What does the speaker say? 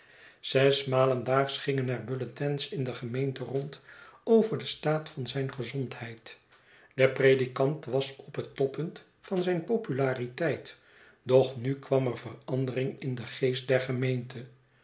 zesmalen daags gingen er bulletins in de gemeente rond over den staat van zijn gezondheid de predikant was op het toppunt van populariteit doch nu kwara er verandering in den geest der gemeente